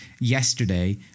yesterday